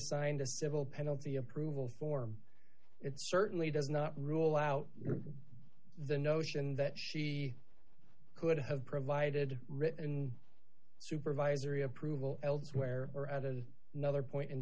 signed a civil penalty approval for it certainly does not rule out the notion that she could have provided written supervisory approval elsewhere or at a nother point in